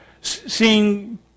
seeing